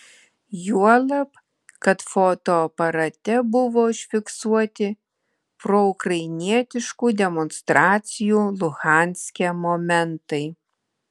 juolab kad fotoaparate buvo užfiksuoti proukrainietiškų demonstracijų luhanske momentai